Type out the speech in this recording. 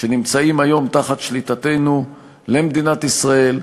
שנמצאים היום תחת שליטתנו למדינת ישראל,